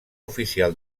oficial